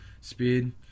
Speed